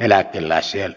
eläkelisiä